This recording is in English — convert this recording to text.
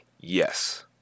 Yes